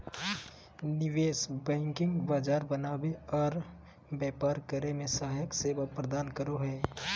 निवेश बैंकिंग बाजार बनावे आर व्यापार करे मे सहायक सेवा प्रदान करो हय